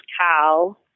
cow